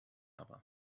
aber